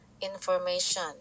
information